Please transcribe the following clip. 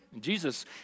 Jesus